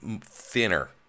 thinner